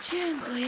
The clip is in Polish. Dziękuję.